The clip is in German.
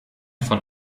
von